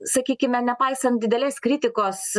sakykime nepaisant didelės kritikos